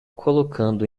colocando